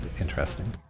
interesting